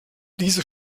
diese